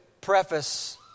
preface